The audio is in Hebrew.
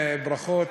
ברכות,